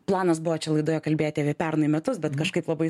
planas buvo čia laidoje kalbėti apie pernai metus bet kažkaip labai